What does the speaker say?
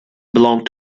belong